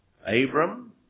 Abram